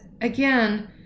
again